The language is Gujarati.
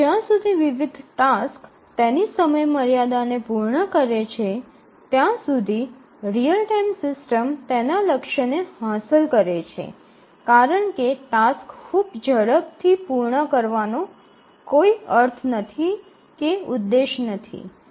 જ્યાં સુધી વિવિધ ટાસક્સ તેની સમયમર્યાદાને પૂર્ણ કરે છે ત્યાં સુધી રીઅલ ટાઇમ સિસ્ટમ તેના લક્ષ્યને હાંસલ કરે છે કારણ કે ટાસક્સ ખૂબ ઝડપથી પૂર્ણ કરવાનો કોઈ અર્થ નથી કે ઉદ્દેશ્ય નથી